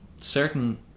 certain